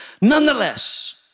Nonetheless